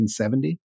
1970